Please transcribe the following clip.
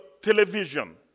television